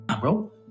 Bro